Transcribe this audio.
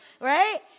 right